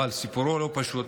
אבל סיפורו לא פשוט.